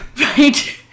Right